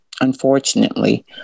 Unfortunately